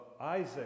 Isaac